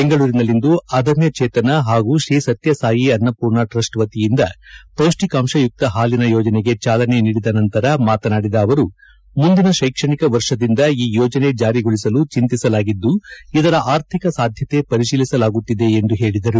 ಬೆಂಗಳೂರಿನಲ್ಲಿಂದು ಅದಮ್ಯ ಚೇತನ ಹಾಗೂ ಶ್ರೀಸತ್ಯ ಸಾಯಿ ಅನ್ನಪೂರ್ಣ ಟ್ರಸ್ಟ್ ವತಿಯಿಂದ ಪೌಷ್ಟಿಕಾಂಶಯುಕ್ತ ಹಾಲಿನ ಯೋಜನೆಗೆ ಚಾಲನೆ ನೀಡಿದ ನಂತರ ಮಾತನಾಡಿದ ಅವರು ಮುಂದಿನ ಶೈಕ್ಷಣಿಕ ವರ್ಷದಿಂದ ಈ ಯೋಜನೆ ಜಾರಿಗೊಳಿಸಲು ಚೆಂತಿಸಲಾಗಿದ್ದು ಇದರ ಆರ್ಥಿಕ ಸಾಧ್ಯತೆ ಪರಿಶೀಲಿಸಲಾಗುತ್ತಿದೆ ಎಂದು ತಿಳಿಸಿದರು